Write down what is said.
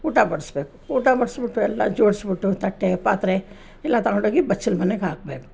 ಊಟ ಬಡಿಸ್ಬೇಕು ಊಟ ಬಡಿಸ್ಬಿಟ್ಟು ಎಲ್ಲ ಜೋಡಿಸ್ಬಿಟ್ಟು ತಟ್ಟೆ ಪಾತ್ರೆ ಎಲ್ಲ ತಗೊಂಡು ಹೋಗಿ ಬಚ್ಚಲ ಮನೆಗೆ ಹಾಕಬೇಕು